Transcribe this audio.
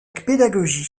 pédagogie